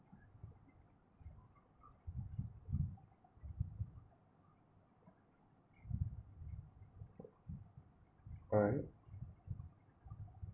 I